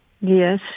Yes